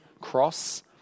cross